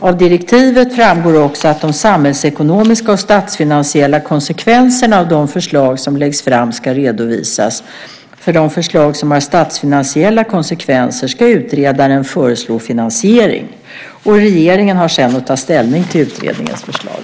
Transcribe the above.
Av direktivet framgår också att de samhällsekonomiska och statsfinansiella konsekvenserna av de förslag som läggs fram ska redovisas. För de förslag som har statsfinansiella konsekvenser ska utredaren föreslå finansiering. Regeringen har sedan att ta ställning till utredningens förslag.